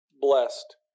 blessed